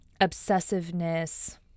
obsessiveness